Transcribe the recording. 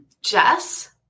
Jess